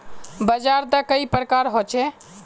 बाजार त कई प्रकार होचे?